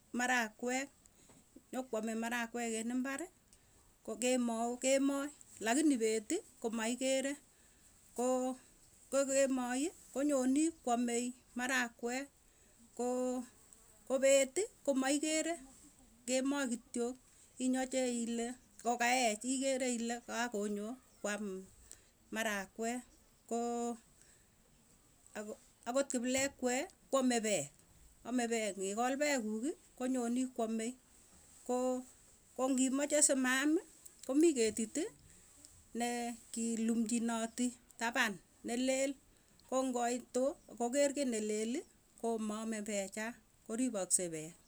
Marakwee inyokwame eng imbarr ko kemou kemoi lakinii lakini pet komaikere, koo kokemoi konyoni kwamei marakwe koo kopetii komaikere kemoi kitwoo inyache ile kokaech igere ile kaakonyo kwaam marakwee koo akot kiplekwet kwame pegg, amee pegg ngikol pegg kuuki konyonii kwamei koo kongimache simaamii komii ketitii nekilumchinotii tapan nelel koo ngoitu kokerr kii nee leel, komaame peecha koripaskei pegg.